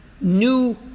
New